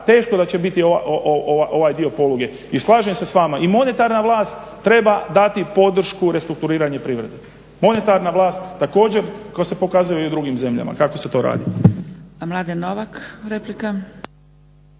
teško da će biti ovaj dio poluge. I slažem se s vama i monetarna vlast treba dati podršku restrukturiranja privredi. Monetarna vlast također koja se pokazuje i u ovim drugim zemljama kako se to radi.